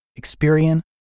Experian